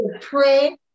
pray